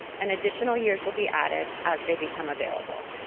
and additional years will be added as they become available.